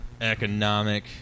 Economic